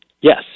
Yes